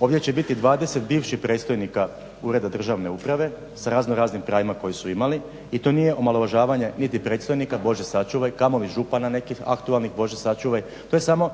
Ovdje će biti 20 bivših predstojnika ureda državne uprave sa razno raznim pravima koje su imali i to nije omalovažavanje niti predstojnika Bože sačuvaj, kamoli župana nekih aktualnih Bože sačuvaj, to je samo